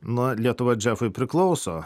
nu lietuva džefui priklauso